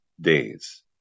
days